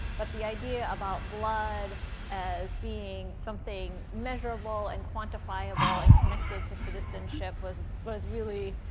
but the idea about blood as being something measurable and quantifiable and connected to citizenship was was really,